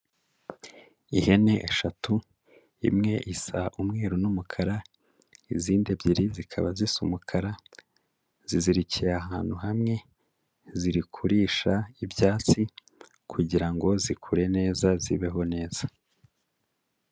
Ihene eshatu imwe isa umweru n'umukara, izindi ebyiri zikaba zisa umukara zizirikiye ahantu hamwe, ziri kurisha ibyatsi kugira ngo zikure neza zibeho neza.